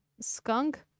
Skunk